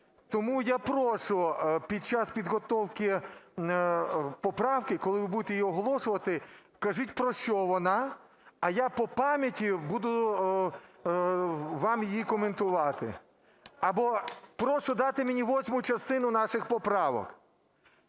Тому я прошу під час підготовки поправки, коли ви будете її оголошувати, кажіть, про що вона, а я по пам'яті буду вам її коментувати. Або прошу дати мені восьму частину наших поправок.